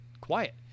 quiet